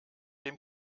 dem